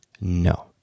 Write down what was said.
no